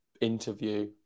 interview